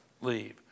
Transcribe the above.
leave